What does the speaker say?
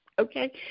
okay